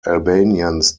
albanians